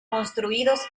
construidos